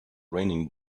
raining